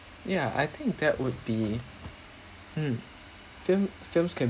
yeah I think that would be hmm film~ films can